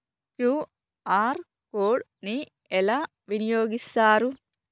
QR code ని ఎలా వినియోగిస్తారు?